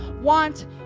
want